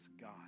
God